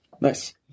Nice